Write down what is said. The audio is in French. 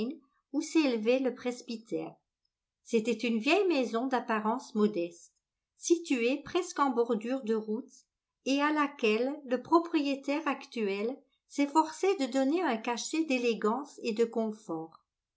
où s'élevait le presbytère c'était une vieille maison d'apparence modeste située presqu'en bordure de route et à laquelle le propriétaire actuel s'efforçait de donner un cachet d'élégance et de confort